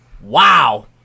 Wow